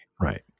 Right